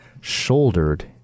shouldered